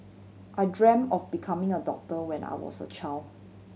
I dreamt of becoming a doctor when I was a child